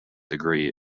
degree